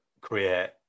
create